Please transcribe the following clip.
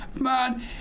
Man